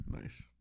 nice